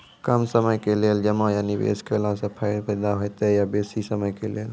कम समय के लेल जमा या निवेश केलासॅ फायदा हेते या बेसी समय के लेल?